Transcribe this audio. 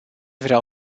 vreau